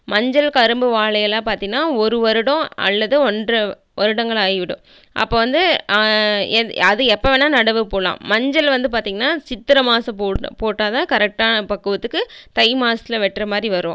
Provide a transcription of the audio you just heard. மஞ்சள் கரும்பு வாழையெல்லாம் பார்த்திங்கனா ஒரு வருடம் அல்லது ஒன்றை வருடங்கள் ஆகிவிடும் அப்போ வந்து எது அது எப்போ வேணா நடவு போகலாம் மஞ்சள் வந்து பார்த்திங்கனா சித்திரை மாதம் போட் போட்டா தான் கரெக்டாக பக்குவத்துக்கு தை மாதத்துல வெட்ற மாரி வரும்